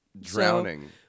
Drowning